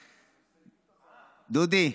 דודי,